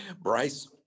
Bryce